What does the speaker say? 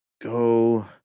go